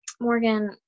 Morgan